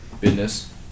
Business